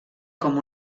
com